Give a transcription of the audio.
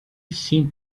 seemed